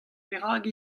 perak